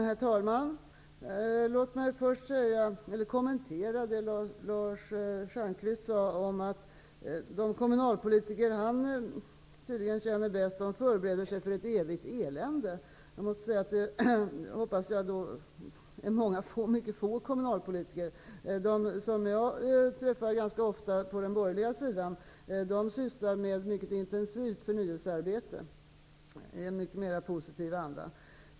Herr talman! Låt mig först kommentera det Lars Stjernkvist sade om att de kommunalpolitiker han känner bäst nu förbereder sig för ett evigt elände. Jag hoppas att det är mycket få kommunalpolitiker som känner så. De borgerliga kommunalpolitiker jag träffar ganska ofta sysslar med ett mycket intensivt förnyelsearbete i en mycket mer positiv anda.